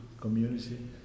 community